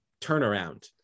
turnaround